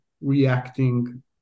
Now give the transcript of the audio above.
reacting